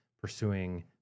pursuing